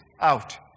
out